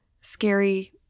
scary